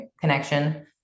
connection